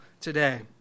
today